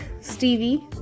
Stevie